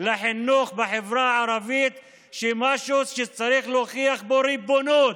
לחינוך בחברה הערבית כאל משהו שצריך להוכיח בו ריבונות,